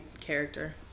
character